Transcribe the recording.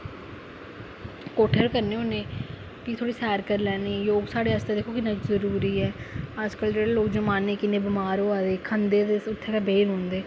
कोठे पर गै करने होन्ने फ्ही थोह्ड़ी सैर करी लैन्ने योगा साढ़े आस्तै दिक्खो किन्ना जरुरी ऐ अजकल्ल जेहडे लोक जमाने किन्ने बमार होआ दे खंदे ते उत्थै गै बेही रौंह्दे